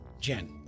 Jen